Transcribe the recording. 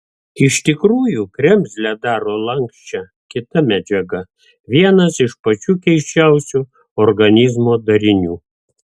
iš tikrųjų kremzlę daro lanksčią kita medžiaga vienas iš pačių keisčiausių organizmo darinių